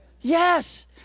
Yes